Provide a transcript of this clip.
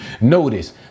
Notice